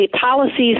policies